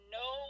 no